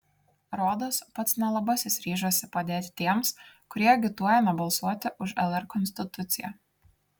rodos pats nelabasis ryžosi padėti tiems kurie agituoja nebalsuoti už lr konstituciją